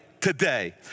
today